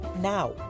Now